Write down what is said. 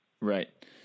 Right